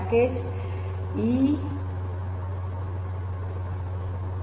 ಪ್ಯಾಕೇಜ್ಇ1071 install